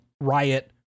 riot